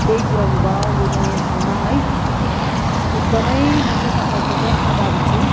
ल्याइ पुराउनु भयो यो नयाँ ठाउँमा है एकदमै म चाहिँ तपाईँको चाहिँ आभारी छु